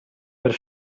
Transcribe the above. per